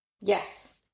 Yes